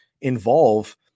involve